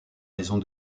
maisons